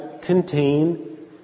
contain